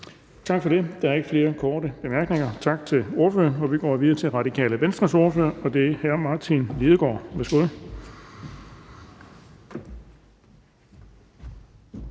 Bonnesen): Der er ikke flere korte bemærkninger. Tak til ordføreren. Vi går videre til Radikale Venstres ordfører, og det er hr. Martin Lidegaard. Værsgo.